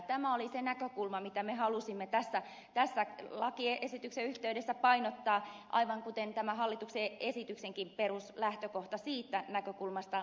tämä oli se näkökulma mitä me halusimme tässä lakiesityksen yhteydessä painottaa aivan kuten tämä hallituksen esityksenkin peruslähtökohta siitä näkökulmasta lähtee